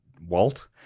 Walt